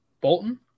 Bolton